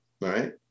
right